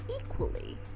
equally